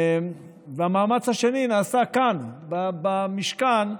והמאמץ השני נעשה כאן, במשכן.